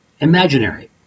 imaginary